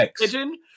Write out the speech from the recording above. pigeon